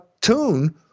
tune